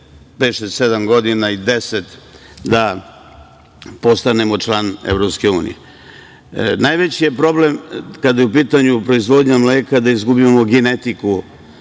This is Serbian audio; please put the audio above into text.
godina da postanemo član EU.Najveći je problem kada je u pitanju proizvodnja mleka je da izgubimo genetiku,